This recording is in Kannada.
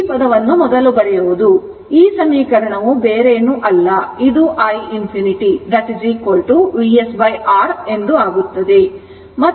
ಆದ್ದರಿಂದ ಈ ಸಮೀಕರಣವು ಬೇರೇನೂ ಅಲ್ಲ ಇದು iinfinity VsR ಎಂದಾಗುತ್ತದೆ